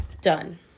Done